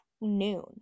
noon